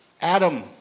Adam